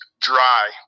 dry